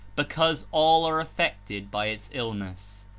because all are affected by its illness.